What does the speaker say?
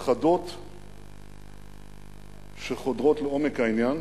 חדות שחודרות לעומק העניין,